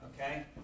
okay